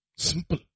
simple